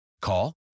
Call